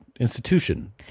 institution